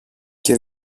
και